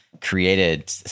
created